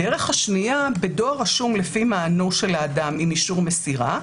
הדרך השנייה בדואר רשום לפי מענו של האדם עם אישור מסירה,